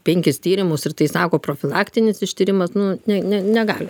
penkis tyrimus ir tai sako profilaktinis ištyrimas nu ne ne negali